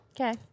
Okay